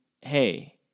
hey